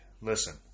Listen